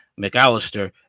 McAllister